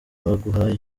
baguhaye